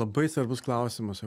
labai svarbus klausimas